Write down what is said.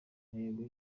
ntego